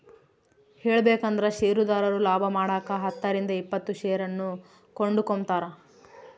ಹೇಳಬೇಕಂದ್ರ ಷೇರುದಾರರು ಲಾಭಮಾಡಕ ಹತ್ತರಿಂದ ಇಪ್ಪತ್ತು ಷೇರನ್ನು ಕೊಂಡುಕೊಂಬ್ತಾರ